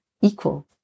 equal